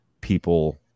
people